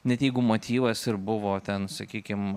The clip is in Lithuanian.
net jeigu motyvas ir buvo ten sakykim